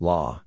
Law